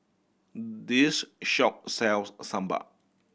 this shop sells sambal